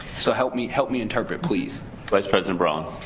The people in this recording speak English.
so help me help me interpret please vice president brown.